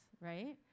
right